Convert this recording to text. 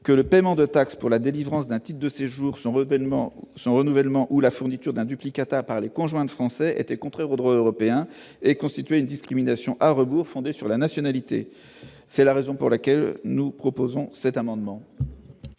que le paiement de taxes pour la délivrance d'un type de séjour son revêtement ce renouvellement ou la fourniture d'un duplicata par les conjoints de Français étaient contraires au droit européen et constituait une discrimination à rebours fondée sur la nationalité, c'est la raison pour laquelle nous proposons cet amendement.